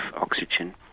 oxygen